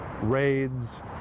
raids